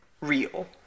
real